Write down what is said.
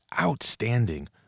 outstanding